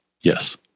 yes